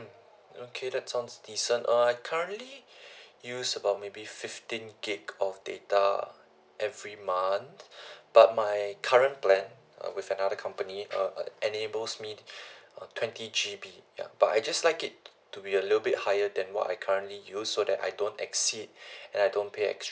okay that sounds decent uh I currently use about maybe fifteen gig of data every month but my current plan uh with another company uh enables me to uh twenty G_B but I just like it to be a little bit higher than what I currently use so that I don't exceed and I don't pay extra